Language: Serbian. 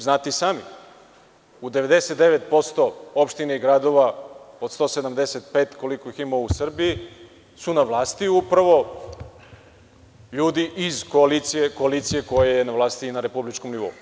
Znate i sami, u 99%opština i gradova, od 175 koliko ih ima u Srbiji, su na vlasti upravo ljudi iz koalicije koja je na vlasti i na republičkom nivou.